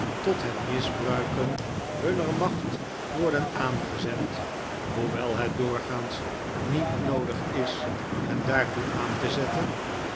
tot het misbruiken hunner macht worden aangezet hoewel het doorgaans niet noodig is hen daartoe aan te zetten